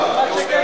קוראים